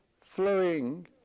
flowing